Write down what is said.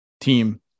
team